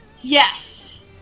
Yes